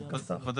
כתוב.